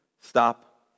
stop